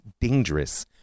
dangerous